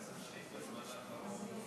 חבר הכנסת דב חנין,